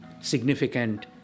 significant